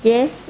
Yes